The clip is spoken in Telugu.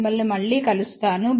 మిమ్మల్ని మళ్ళీ కలుస్తాను